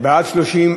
ועדת האתיקה),